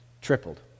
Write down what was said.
Tripled